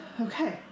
Okay